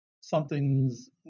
something's